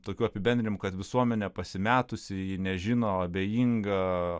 tokių apibendrinimų kad visuomenė pasimetusi ji nežino abejinga